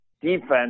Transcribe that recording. defense